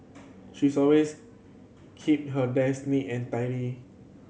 she's always keep her desk neat and tidy